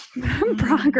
progress